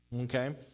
Okay